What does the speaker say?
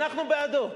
אנחנו בעדו,